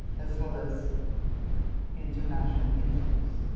as well as international influence,